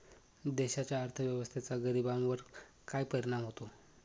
देशाच्या अर्थव्यवस्थेचा गरीबांवर काय परिणाम होतो